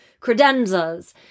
credenzas